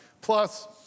plus